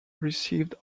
received